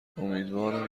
امیدوارم